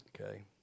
Okay